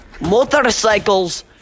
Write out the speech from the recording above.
motorcycles